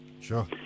Sure